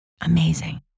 Amazing